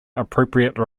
appropriate